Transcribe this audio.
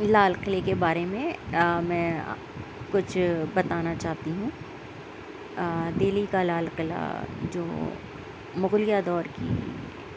لال قلعے کے بارے میں میں کچھ بتانا چاہتی ہوں دہلی کا لال قلعہ جو مغلیہ دور کی